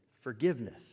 forgiveness